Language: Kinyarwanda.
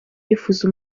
yifuza